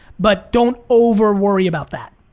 but don't over worry about that.